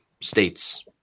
states